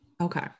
Okay